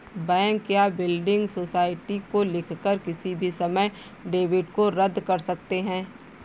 bank या building society को लिखकर किसी भी समय डेबिट को रद्द कर सकते हैं